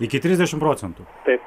iki trisdešimt procentų taip